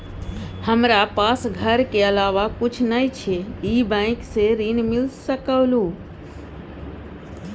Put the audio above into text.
हमरा पास घर के अलावा कुछ नय छै ई बैंक स ऋण मिल सकलउ हैं?